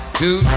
two